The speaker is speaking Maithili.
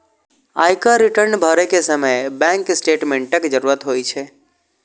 आयकर रिटर्न भरै के समय बैंक स्टेटमेंटक जरूरत होइ छै